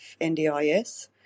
NDIS